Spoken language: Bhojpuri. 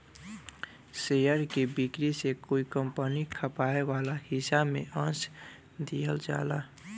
शेयर के बिक्री से कोई कंपनी के खपाए वाला हिस्सा में अंस दिहल जाला